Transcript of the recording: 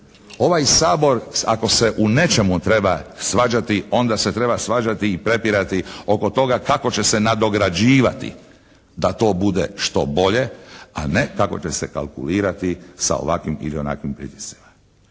Ovaj Sabor ako se u nečemu treba svađati, onda se treba svađati i prepirati oko toga kako će se nadograđivati da to bude što bolje a ne kako će se kalkulirati sa ovakvim ili onakvim pritiscima.